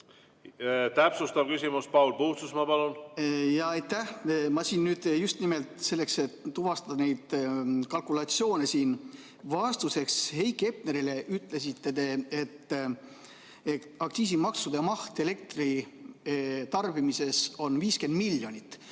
Täpsustav küsimus. Paul Puustusmaa, palun! Aitäh! Ma [küsin] just nimelt selleks, et tuvastada neid kalkulatsioone siin. Vastuseks Heiki Hepnerile ütlesite te, et aktsiisimaksude maht elektri tarbimises on 50 miljonit.